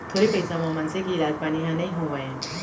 थोरे पइसा म मनसे के इलाज पानी ह नइ होवय